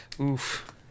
oof